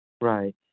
Right